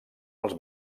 els